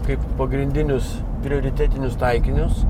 kaip pagrindinius prioritetinius taikinius